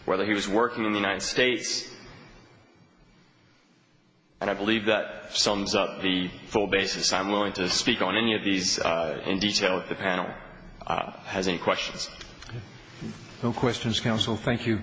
whether he was working in the united states and i believe that sums up the full basis i'm willing to speak on and yet these in detail the panel has any questions who questions council thank you